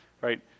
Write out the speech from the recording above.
right